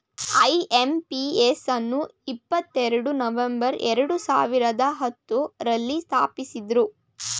IMPS ಅನ್ನು ಇಪ್ಪತ್ತೆರಡು November ಎರಡು ಸಾವಿರದ ಹತ್ತುರಲ್ಲಿ ಸ್ಥಾಪಿಸಿದ್ದ್ರು